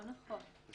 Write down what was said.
לא נכון.